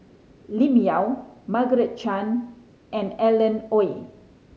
Lim Yau Margaret Chan and Alan Oei